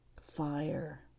Fire